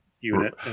unit